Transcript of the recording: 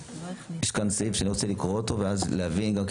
יש סעיף שאני רוצה לקרוא אותו כדי להבין מה